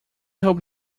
hope